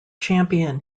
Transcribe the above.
champion